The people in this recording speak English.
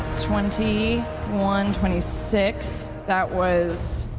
twenty one, twenty six, that was,